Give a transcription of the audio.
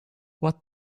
what